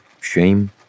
shame